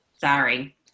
Sorry